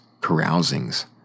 carousings